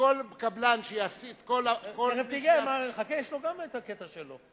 וכל קבלן שיעסיק, חכה, יש לו גם הקטע שלו.